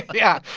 yeah.